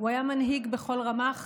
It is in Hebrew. הוא היה מנהיג בכל רמ"ח